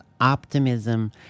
optimism